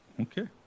Okay